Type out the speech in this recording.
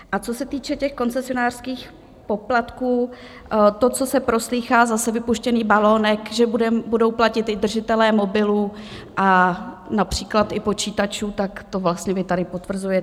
A co se týče těch koncesionářských poplatků, to, co se proslýchá, zase vypuštěný balonek, že budou platit i držitelé mobilů a například i počítačů, tak to vlastně vy tady potvrzujete.